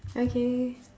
okay